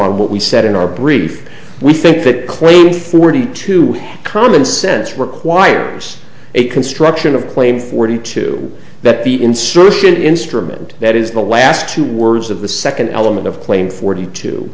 on what we said in our brief we think that claim forty two common sense requires a construction of claim forty two that the insertion instrument that is the last two words of the second element of claim forty t